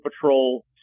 Patrol